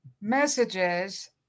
messages